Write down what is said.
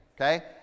okay